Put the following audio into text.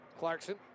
Clarkson